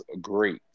great